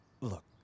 Look